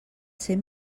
ser